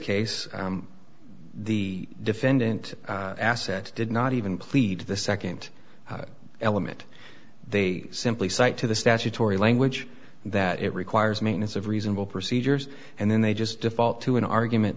case the defendant asset did not even plead to the second element they simply cite to the statutory language that it requires maintenance of reasonable procedures and then they just default to an argument